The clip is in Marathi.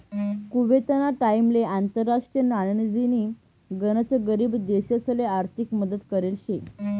कुवेतना टाइमले आंतरराष्ट्रीय नाणेनिधीनी गनच गरीब देशसले आर्थिक मदत करेल शे